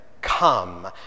come